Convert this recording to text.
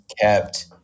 kept